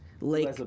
lake